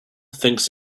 thinks